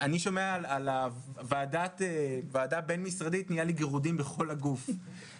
כשאני שומע על הוועדה הבין-משרדית נהיים לי גירודים בכל הגוף,